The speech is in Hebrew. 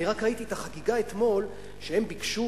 אני רק ראיתי את החגיגה אתמול כשהם ביקשו